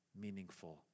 meaningful